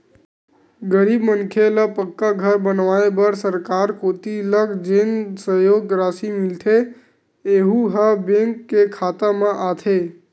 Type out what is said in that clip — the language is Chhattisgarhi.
गरीब मनखे ल पक्का घर बनवाए बर सरकार कोती लक जेन सहयोग रासि मिलथे यहूँ ह बेंक के खाता म आथे